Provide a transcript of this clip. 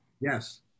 Yes